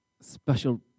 special